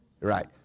Right